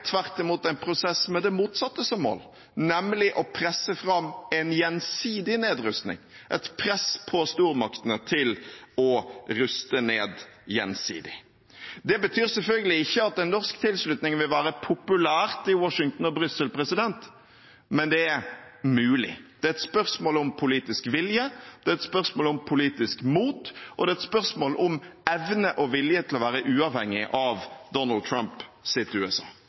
tvert imot en prosess med det motsatte som mål, nemlig å presse fram en gjensidig nedrustning – et press på stormaktene til å ruste ned gjensidig. Det betyr selvfølgelig ikke at en norsk tilslutning vil være populært i Washington og Brussel. Men det er mulig. Det er et spørsmål om politisk vilje, det er et spørsmål om politisk mot, og det er et spørsmål om evne og vilje til å være uavhengig av Donald Trumps USA.